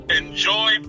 enjoy